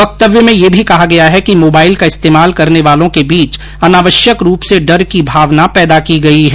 वक्तव्य में यह भी कहा गया है कि मोबाइल का इस्तेमाल करने वालों के बीच अनावश्यक रूप से डर की भावना पैदा की गई है